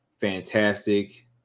fantastic